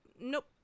Nope